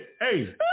hey